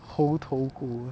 猴头菇